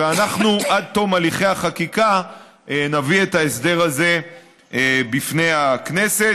ועד תום הליכי החקיקה נביא את ההסדר הזה לפני הכנסת.